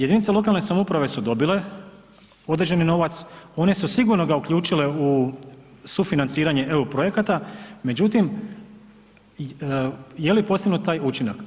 Jedinice lokalne samouprave su dobile određeni novac, one su ga sigurno uključile u sufinanciranje eu projekata, međutim jeli postignut taj učinak.